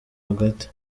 hagati